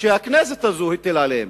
שהכנסת הטילה עליהן,